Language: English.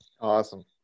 awesome